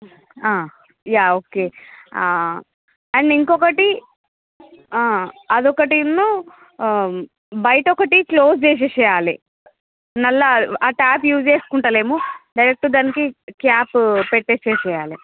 yeah okay and ఇంకొకటి అదొకటిను బయటొకటి క్లోజ్ చేసేయ్యాలి నల్లా ఆ ట్యాప్ యూజ్ చేసుకుంట లేము డైరెక్ట్ దానికి క్యాపు పెట్టేసేయ్యాలి